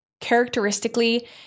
characteristically